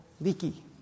leaky